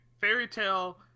Fairytale